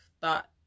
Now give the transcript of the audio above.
thought